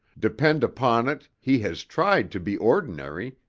depend upon it, he has tried to be ordinary,